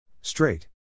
Straight